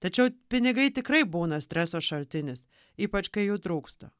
tačiau pinigai tikrai būna streso šaltinis ypač kai jų trūksta